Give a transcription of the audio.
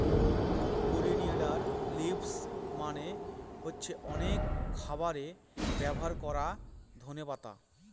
coriander leaves মানে হচ্ছে অনেক খাবারে ব্যবহার করা ধনে পাতা